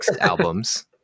albums